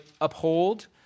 uphold